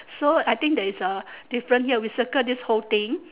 so I think there is a different here we circle this whole thing